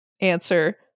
answer